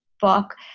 book